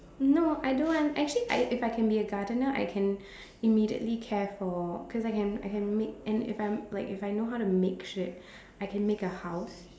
no I don't want actually I if I can be a gardener I can immediately care for cause I can I can make and if I'm like if I know how to make shit I can make a house